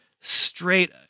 straight